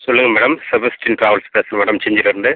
சொல்லுங்கள் madam Sebastian travels பேசுகிறேன் madam செஞ்சியிலேருந்து